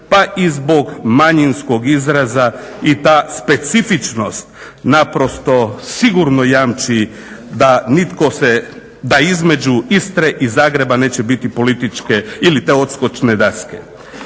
pa i zbog manjinskog izraza i ta specifičnost naprosto sigurno jamči da nitko se, da između Istre i Zagreba neće biti političke ili te odskočne daske.